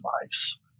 device